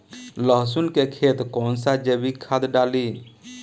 लहसुन के खेत कौन सा जैविक खाद डाली?